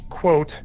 quote